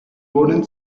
wohnen